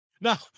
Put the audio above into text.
Now